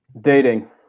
Dating